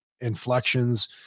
inflections